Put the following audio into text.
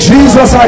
Jesus